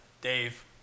Dave